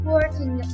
Working